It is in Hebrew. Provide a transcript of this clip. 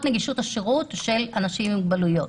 נגישות השירות של אנשים עם מוגבלות.